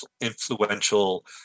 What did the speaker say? influential